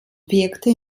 wirkte